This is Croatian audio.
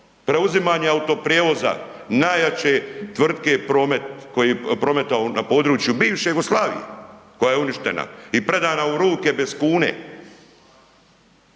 preuzimanje autoprijevoza najjače tvrtke Promet, koji je prometovao na području bivše Jugoslavije koja je uništena i predana u ruke bez kune?